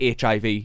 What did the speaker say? HIV